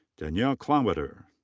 danielle klawitter.